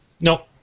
No